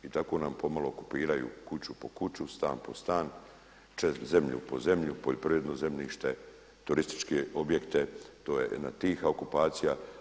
I tako nam pomalo okupiraju kuću po kuću, stan po stan, zemlju po zemlju, poljoprivredno zemljište, turističke objekte to je jedna tiha okupacija.